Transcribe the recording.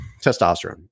testosterone